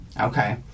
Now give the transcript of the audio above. Okay